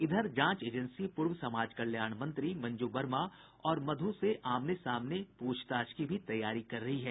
इधर जांच एजेंसी पूर्व समाज कल्याण मंत्री मंजू वर्मा और मध्र से आमने सामने पूछताछ की भी तैयार कर रही है